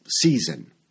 season